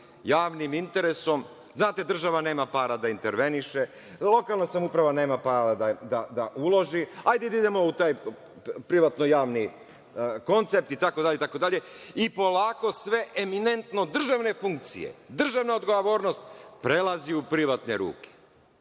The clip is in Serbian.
javnim interesom. Znate, država nema para da interveniše, lokalna samouprava nema para da uloži, hajde da idemo u taj privatno-javni koncept itd, itd. Polako sve eminentno državne funkcije, državna odgovornost prelazi u privatne ruke,